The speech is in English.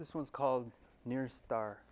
this one's called near a star